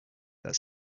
that